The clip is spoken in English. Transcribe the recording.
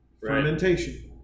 fermentation